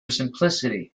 simplicity